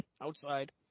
outside